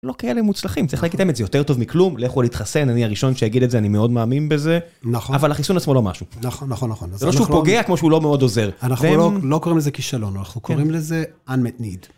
לא כאלה מוצלחים, צריך להגיד להם את זה יותר טוב מכלום, לא יכול להתחסן, אני הראשון שיגיד את זה, אני מאוד מאמין בזה. נכון. אבל החיסון עצמו לא משהו. נכון, נכון, נכון. זה לא שהוא פוגע כמו שהוא לא מאוד עוזר. אנחנו לא קוראים לזה כישלון, אנחנו קוראים לזה Unmet need.